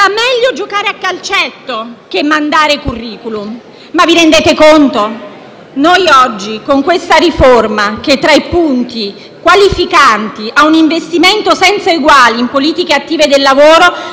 era meglio giocare a calcetto che mandare *curriculum*. Ma vi rendete conto? Noi oggi, con questa riforma che tra i punti qualificanti ha un investimento senza eguali in politiche attive del lavoro,